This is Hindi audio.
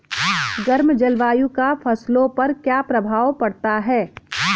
गर्म जलवायु का फसलों पर क्या प्रभाव पड़ता है?